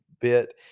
bit